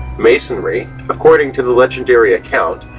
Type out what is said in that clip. masonry, according to the legendary account,